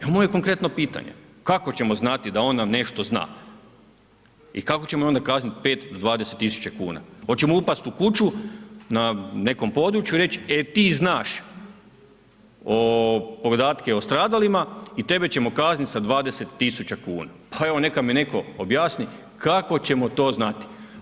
Evo moje konkretno pitanje, kako ćemo znati da ona nešto zna i kako ćemo ju onda kaznit pet do dvadeset tisuća kuna, hoćemo upast u kuću na nekom području i reći e ti znaš podatke o stradalima i tebe ćemo kaznit sa dvadeset tisuća kuna, pa evo neka mi netko objasni kako ćemo to znati?